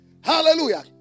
hallelujah